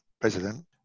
president